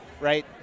right